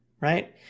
right